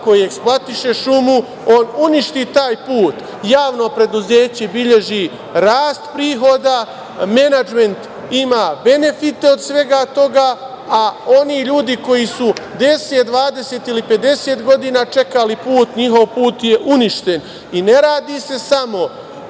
koji eksploatiše šumu? On uništi taj put. Javno preduzeće beleži rast prihoda, menadžment ima benefite od svega toga, a oni ljudi koji su 10, 20 ili 50 godina čekali put, njihov put je uništen i ne radi se samo,